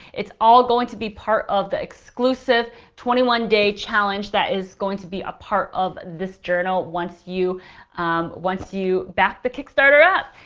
it's all going to be part of the exclusive twenty one day challenge that is going to be a part of this journal once you once you back the kickstarter up.